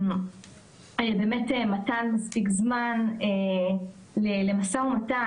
מתן מספיק זמן למשא ומתן,